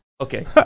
Okay